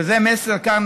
וזה מסר כאן,